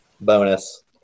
bonus